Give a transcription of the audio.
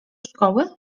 szkoły